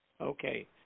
Okay